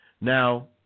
Now